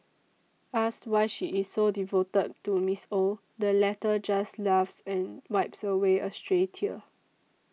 asked why she is so devoted to Miss Ow the latter just laughs and wipes away a stray tear